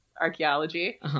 archaeology